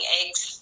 eggs